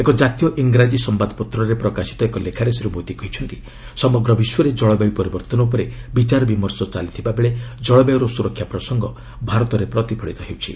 ଏକ ଜାତୀୟ ଇଂରାଜୀ ସମ୍ଭାଦପତ୍ରରେ ପ୍ରକାଶିତ ଏକ ଲେଖାରେ ଶ୍ରୀ ମୋଦି କହିଛନ୍ତି ସମଗ୍ର ବିଶ୍ୱରେ ଜଳବାୟୁ ପରିବର୍ତ୍ତନ ଉପରେ ବିଚାର ବିମର୍ଶ ଚାଲିଥିବା ବେଳେ ଜଳବାୟୁର ସୁରକ୍ଷା ପ୍ରସଙ୍ଗ ଭାରତରେ ପ୍ରତିଫଳିତ ହେଉଛି